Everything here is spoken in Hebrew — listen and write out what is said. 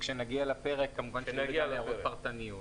וכשנגיע לפרק כמובן נעיר גם הערות פרטניות.